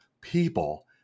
people